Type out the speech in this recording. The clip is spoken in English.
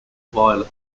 violet